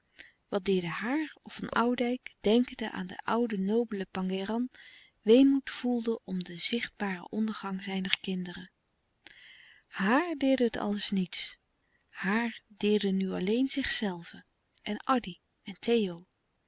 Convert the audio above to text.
wat deerde haar of van oudijck denkende aan den ouden nobelen pangéran weemoed voelde om den zichtbaren ondergang zijner kinderen haar deerde het alles niets haar deerde nu alleen zichzelve en addy en theo